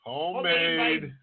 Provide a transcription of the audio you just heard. Homemade